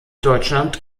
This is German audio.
deutschland